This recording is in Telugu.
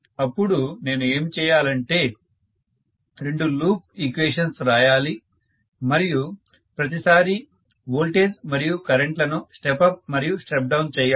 అపుడు నేను ఏమి చేయాలంటే రెండు లూప్ ఈక్వెషన్స్ రాయాలి మరియు ప్రతి సారి వోల్టేజ్ మరియు కరెంట్ లను స్టెప్ అప్ మరియు స్టెప్ డౌన్ చేయాలి